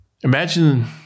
imagine